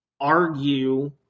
argue